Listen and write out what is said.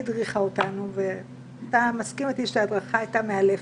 היא הדריכה אותנו ותסכים אתי שההדרכה הייתה מאלפת.